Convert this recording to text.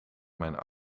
mijn